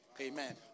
amen